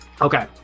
Okay